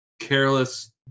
careless